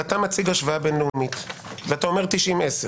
אתה ההוכחה לעבד כי ימלוך ואתה צריך לטפל בעצמך,